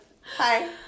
Hi